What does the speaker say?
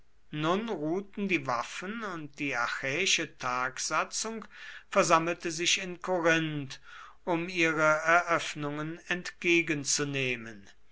nun ruhten die waffen und die achäische tagsatzung versammelte sich in korinth um ihre eröffnungen entgegenzunehmen